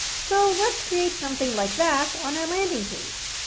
so let's create something like that on our landing page.